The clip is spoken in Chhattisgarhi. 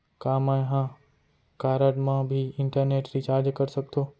का मैं ह कारड मा भी इंटरनेट रिचार्ज कर सकथो